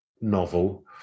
novel